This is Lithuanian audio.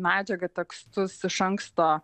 medžiagą tekstus iš anksto